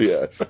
Yes